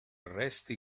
resti